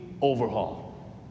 overhaul